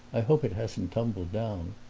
i hope it hasn't tumbled down.